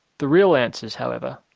the real answers however,